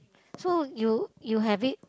so you you have it